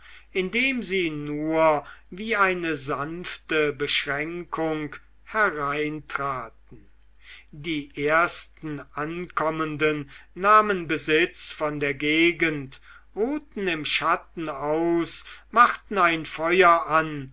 indem sie nur wie eine sanfte beschränkung hereintraten die ersten ankommenden nahmen besitz von der gegend ruhten im schatten aus machten ein feuer an